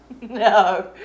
No